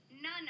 None